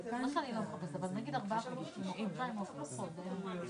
להצביע עליה בשעה 20:30. יש לנו עוד 12 דקות.